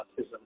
autism